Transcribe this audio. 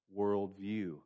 worldview